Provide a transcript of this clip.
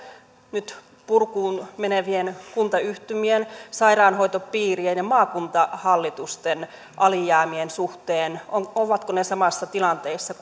nyt purkuun menevien kuntayhtymien sairaanhoitopiirien ja maakuntahallitusten alijäämien suhteen ovatko ne samassa tilanteessa